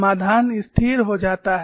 समाधान स्थिर हो जाता है